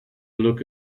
look